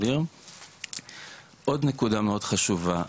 עוד נקודה מאוד חשובה,